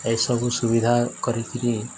ଏସବୁ ସୁବିଧା କରିିକିରି